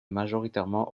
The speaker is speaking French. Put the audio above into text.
majoritairement